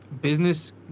Business